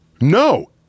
No